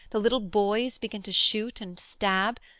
the little boys begin to shoot and stab,